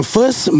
First